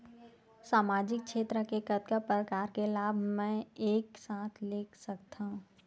सामाजिक क्षेत्र के कतका प्रकार के लाभ मै एक साथ ले सकथव?